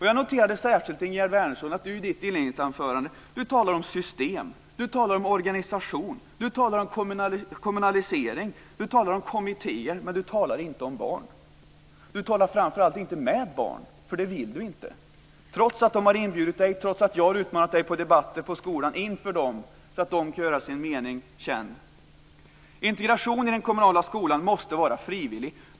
Jag noterade särskilt att Ingegerd Wärnersson i sitt inledningsanförande talade om system, organisation, kommunalisering och kommittéer. Men du talade inte om barn. Du talar framför allt inte med barn, för det vill du inte, trots att de har inbjudit dig, trots att jag har utmanat dig på debatter vid skolan inför barn, personal och föräldrar så att de kan göra sin mening känd. Integration i den kommunala skolan måste vara frivillig.